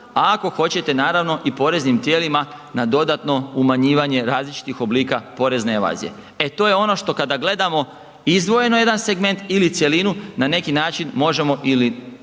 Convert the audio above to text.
a ako hoćete naravno i poreznim tijelima na dodatno umanjivanje različitih oblika porezne evazije. E to je ono što kada gledamo izdvojeno jedan segment ili cjelinu na neki način možemo ili